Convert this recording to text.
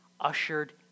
ushered